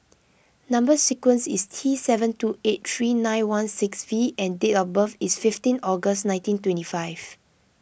Number Sequence is T seven two eight three nine one six V and date of birth is fifteen August nineteen twenty five